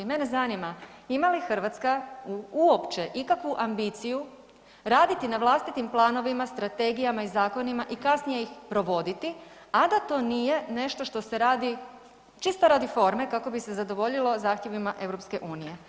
Mene zanima, ima li Hrvatska uopće ikakvu ambiciju raditi na vlastitim planovima, strategijama i zakonima i kasnije ih provoditi, a da to nije nešto što se radi čisto radi forme kako bi se zadovoljilo zahtjevima EU?